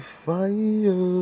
fire